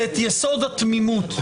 זה יסוד התמימות.